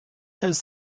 has